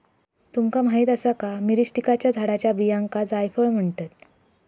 तुमका माहीत आसा का, मिरीस्टिकाच्या झाडाच्या बियांका जायफळ म्हणतत?